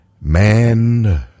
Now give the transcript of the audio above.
Man